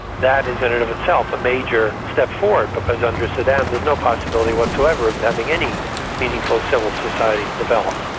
that is in and of itself a major step forward, because under saddam there's no possibility whatsoever of having any meaningful civil society develop.